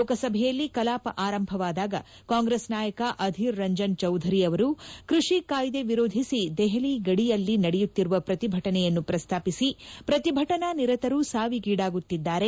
ಲೋಕಸಭೆಯಲ್ಲಿ ಕಲಾಪ ಆರಂಭವಾದಾಗ ಕಾಂಗ್ರೆಸ್ ನಾಯಕ ಅಧೀರ್ ರಂಜನ್ ಚೌಧರಿ ಅವರು ಕೃಷಿ ಕಾಯ್ದೆ ವಿರೋಧಿಸಿ ದೆಹಲಿ ಗಡಿಯಲ್ಲಿ ನಡೆಯುತ್ತಿರುವ ಪ್ರತಿಭಟನೆಯನ್ನು ಪ್ರಸ್ತಾಪಿಸಿ ಪ್ರತಿಭಟನಾ ನಿರತರು ಸಾವಿಗೆ ಈಡಾಗುತ್ತಿದ್ದಾರೆ